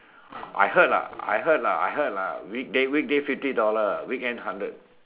I heard lah I heard lah I heard lah weekday weekday fifty dollar weekend hundred